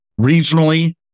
Regionally